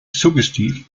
suggestiv